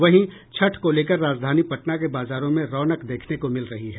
वहीं छठ को लेकर राजधानी पटना के बाजारों में रौनक देखने को मिल रही है